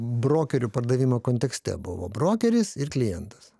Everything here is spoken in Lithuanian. brokerių pardavimo kontekste buvo brokeris ir klientas